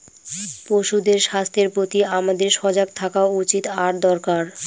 পশুদের স্বাস্থ্যের প্রতি আমাদের সজাগ থাকা উচিত আর দরকার